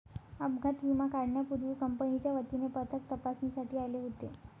अपघात विमा काढण्यापूर्वी कंपनीच्या वतीने पथक तपासणीसाठी आले होते